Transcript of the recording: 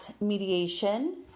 mediation